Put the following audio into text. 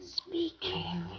speaking